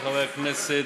חברי חברי הכנסת,